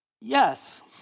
Yes